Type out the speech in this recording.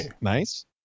nice